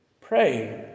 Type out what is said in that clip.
Pray